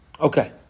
Okay